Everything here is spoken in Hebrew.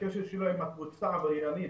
עם הקבוצה העבריינית,